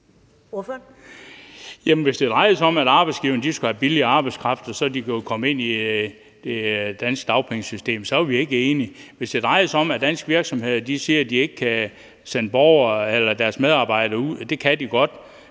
hvis det drejer sig om, at arbejdsgiverne skal have billig arbejdskraft, som så kan komme ind i det danske dagpengesystem, så er vi ikke enige. Hvis det drejer sig om, at danske virksomheder siger, at de ikke kan sende deres medarbejdere ud, så vil jeg